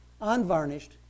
unvarnished